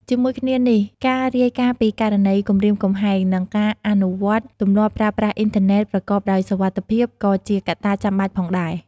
ជាមួយគ្នានេះ ការរាយការណ៍ពីករណីគំរាមកំហែង និងការអនុវត្តទម្លាប់ប្រើប្រាស់អ៊ីនធឺណិតប្រកបដោយសុវត្ថិភាព ក៏ជាកត្តាចាំបាច់ផងដែរ។